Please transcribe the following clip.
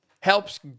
helps